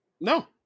No